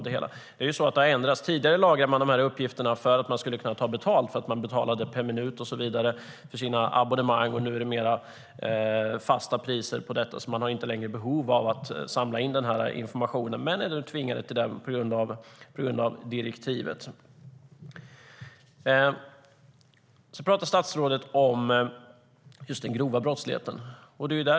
Det har ändrats tidigare lagar med de här uppgifterna därför att de skulle kunna ta betalt, eftersom det var betalning per minut för abonnemang och så vidare. Nu är det mer fasta priser, så de har inte längre behov av att samla in sådan information men är tvingade till det på grund av direktivet. Statsrådet pratar om den grova brottsligheten.